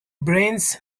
brains